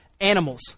animals